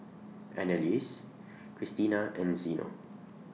Anneliese Krystina and Zeno